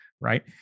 right